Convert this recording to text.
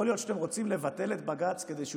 יכול להיות שאתם רוצים לבטל את בג"ץ כדי שהוא